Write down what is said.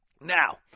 Now